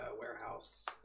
warehouse